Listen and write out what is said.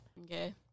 Okay